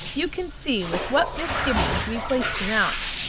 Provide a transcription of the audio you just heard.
you can see with what misgivings we placed him out.